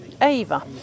Ava